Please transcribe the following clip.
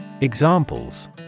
Examples